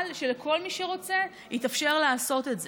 אבל שלכל מי שרוצה יתאפשר לעשות את זה.